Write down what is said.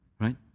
right